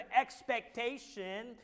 expectation